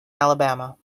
alabama